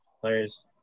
players